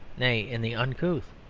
nay, in the uncouth.